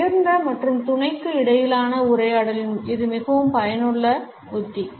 ஒரு உயர்ந்த மற்றும் துணைக்கு இடையிலான உரையாடலில் இது மிகவும் பயனுள்ள உத்தி